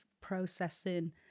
processing